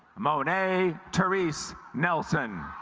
monet therese nelson